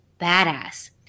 badass